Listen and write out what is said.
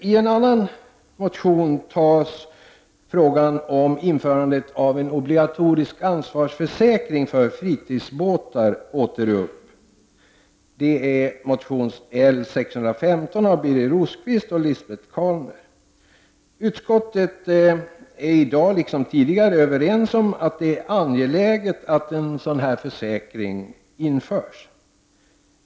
I en annan motion tas frågan om införande av en obligatorisk ansvarsförsäkring för fritidsbåtar åter upp. Det är motion L615 av Birger Rosqvist och Lisbet Calner. Utskottet är i dag liksom tidigare överens med motionärerna om att det är angeläget att en sådan försäkring införs.